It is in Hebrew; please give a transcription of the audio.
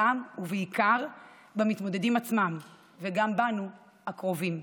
גם, ובעיקר, במתמודדים עצמם, וגם בנו, הקרובים.